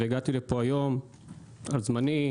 והגעתי לפה היום על חשבון זמני,